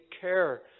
care